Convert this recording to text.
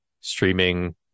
streaming